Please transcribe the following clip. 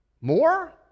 more